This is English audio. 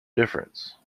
difference